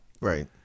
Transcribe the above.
Right